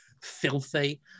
filthy